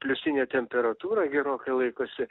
pliusinė temperatūra gerokai laikosi